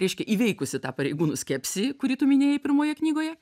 reiškia įveikusi tą pareigūnų skepsį kurį tu minėjai pirmoje knygoje